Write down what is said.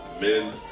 Men